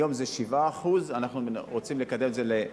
היום זה 7%, אנחנו רוצים לקדם את זה ל-11%,